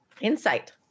insight